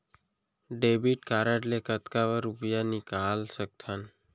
Debit card ले कतका रुपिया निकाल सकथन?